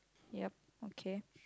yup okay